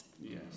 Yes